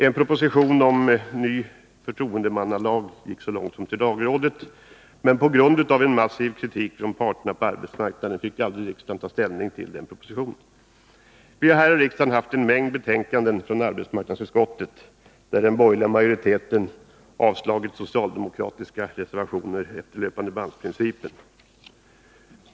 En proposition om ny förtroendemannalag gick så långt som till lagrådet, men på grund av en massiv kritik från parterna på arbetsmarknaden fick riksdagen aldrig ta ställning till propositionen. Vi har här i riksdagen haft en mängd betänkanden från arbetsmarknadsutskottet, där den borgerliga majoriteten har avstyrkt socialdemokratiska förslag efter löpandebandsprincipen.